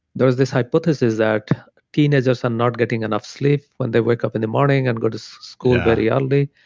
there was this hypothesis that teenagers are not getting enough sleep when they wake up in the morning and go to school very early,